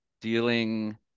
dealing